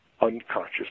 unconscious